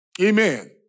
Amen